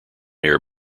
air